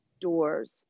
doors